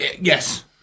Yes